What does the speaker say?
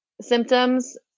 symptoms